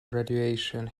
graduation